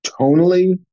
tonally